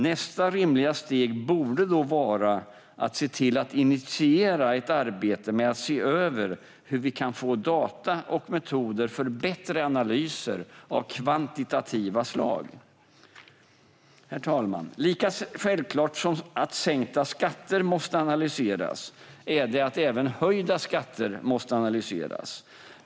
Nästa rimliga steg borde då vara att se till att initiera ett arbete med att se över hur vi kan få data och metoder för bättre analyser av kvantitativa slag. Herr talman! Lika självklart som att sänkta skatter måste analyseras är det att även höjda skatter måste analyseras.